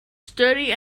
sturdy